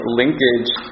linkage